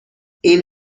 این